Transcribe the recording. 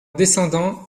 descendant